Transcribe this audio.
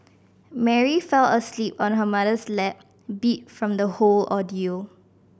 Mary fell asleep on her mother's lap beat from the whole ordeal